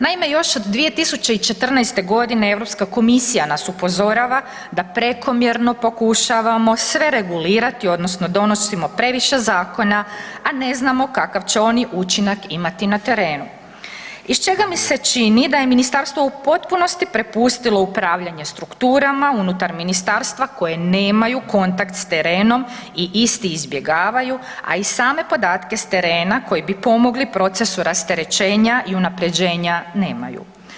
Naime, još od 2014. g. EU komisija nas upozorava da prekomjerno pokušavamo sve regulirati odnosno donosimo previše zakona, a ne znamo kakav će oni učinak imati na terenu, iz čega mi se čini da je ministarstvo u potpunosti prepustilo upravljanje strukturama unutar ministarstva koje nemaju kontakt s terenom i isti izbjegavaju, a i same podatke s terena koji bi pomogli procesu rasterećenja i unaprjeđenja, nemaju.